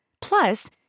Plus